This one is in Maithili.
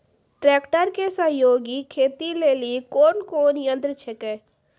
ट्रेकटर के सहयोगी खेती लेली कोन कोन यंत्र छेकै?